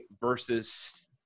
versus